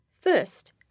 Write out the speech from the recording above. First